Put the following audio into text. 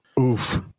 Oof